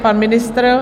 Pan ministr?